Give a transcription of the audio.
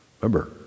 Remember